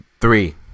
Three